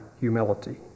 humility